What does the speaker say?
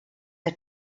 the